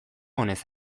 onez